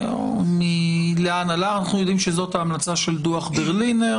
אנחנו יודעים שזאת ההמלצה של דוח ברלינר,